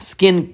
Skin